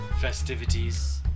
festivities